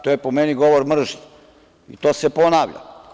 To je po meni govor mržnje, i to se ponavlja.